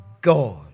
God